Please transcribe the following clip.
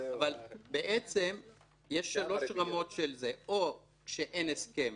יש שלוש רמות: או שאין הסכם,